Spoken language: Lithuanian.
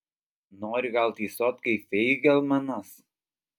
nori gal tysot kaip feigelmanas